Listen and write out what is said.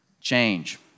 Change